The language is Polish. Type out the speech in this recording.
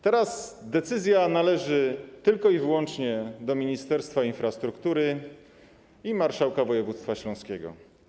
Teraz decyzja należy tylko i wyłącznie do ministerstwa infrastruktury i marszałka województwa śląskiego.